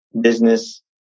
business